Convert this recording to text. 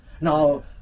Now